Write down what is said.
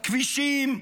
כבישים,